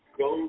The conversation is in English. go